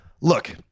look